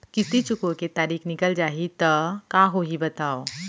किस्ती चुकोय के तारीक निकल जाही त का होही बताव?